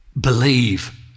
believe